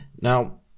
now